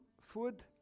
food